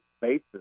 basis